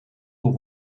door